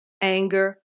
anger